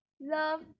love